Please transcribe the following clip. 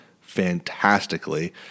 fantastically